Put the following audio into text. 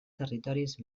territoris